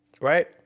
Right